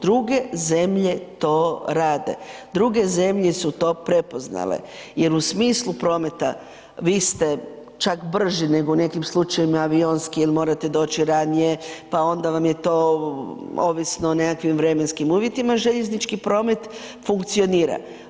Druge zemlje to rade, druge zemlje su to prepoznale jel u smislu prometa vi ste čak brži nego u nekim slučajevima avionski ili morate doći ranije pa onda vam je to ovisno o nekakvim vremenskim uvjetima, željeznički promet funkcionira.